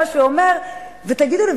תגידו לי,